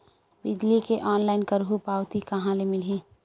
बिजली के ऑनलाइन करहु पावती कहां ले मिलही?